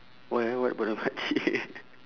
why what about the mak cik